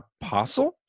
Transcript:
apostle